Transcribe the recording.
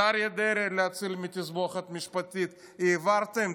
את אריה דרעי להציל מתסבוכת משפטית, העברתם?